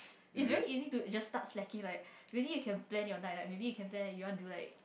is very easy to just start slacking like maybe you can plan your night like maybe you can like you want do like